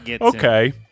okay